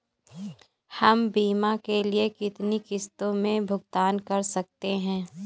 हम बीमा के लिए कितनी किश्तों में भुगतान कर सकते हैं?